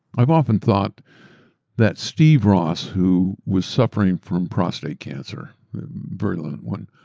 i've often thought that steve ross, who was suffering from prostate cancer brilliant one,